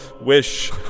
wish